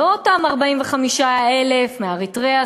לא אותם 45,000 מאריתריאה,